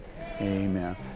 Amen